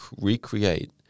recreate